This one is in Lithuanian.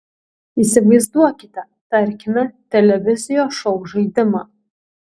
įsivaizduokite tarkime televizijos šou žaidimą